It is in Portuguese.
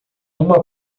uma